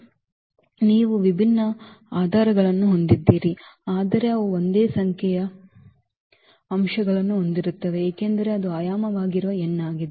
ನೀವು ವಿಭಿನ್ನ ವಿಭಿನ್ನ ಆಧಾರಗಳನ್ನು ಹೊಂದಿದ್ದೀರಿ ಆದರೆ ಅವು ಒಂದೇ ಸಂಖ್ಯೆಯ ಅಂಶಗಳನ್ನು ಹೊಂದಿರುತ್ತವೆ ಏಕೆಂದರೆ ಅದು ಆಯಾಮವಾಗಿರುವ n ಆಗಿದೆ